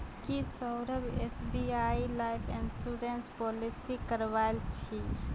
की Saurabh SBI life insurance policy करवइल छि